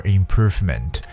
improvement